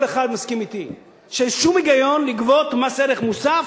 כל אחד מסכים אתי שאין שום היגיון לגבות מס ערך מוסף,